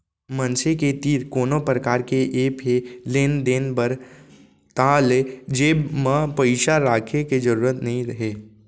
मनसे के तीर कोनो परकार के ऐप हे लेन देन बर ताहाँले जेब म पइसा राखे के जरूरत नइ हे